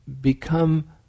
become